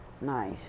nice